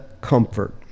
comfort